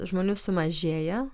žmonių sumažėja